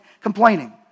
complaining